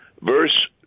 Verse